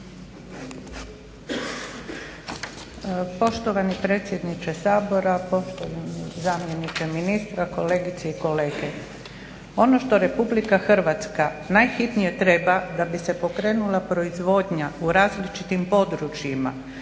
Poštovani predsjedniče Sabora, poštovani zamjeniče ministra, kolegice i kolege. Ono što RH najhitnije treba da bi se pokrenula proizvodnja u različitim područjima